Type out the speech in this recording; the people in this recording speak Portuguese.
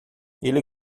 ele